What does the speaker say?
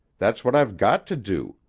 that's what i've got to do.